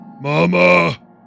Mama